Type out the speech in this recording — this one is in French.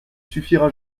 suffira